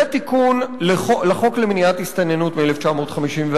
זה תיקון לחוק למניעת הסתננות מ-1954,